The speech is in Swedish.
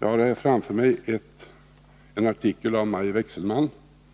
Jag har här framför mig en artikel av Maj Wechselmann